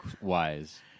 wise